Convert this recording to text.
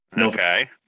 Okay